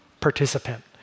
participant